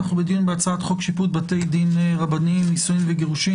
אנחנו בדיון בהצעת חוק שיפוט בתי דין רבניים (נישואין וגירושין)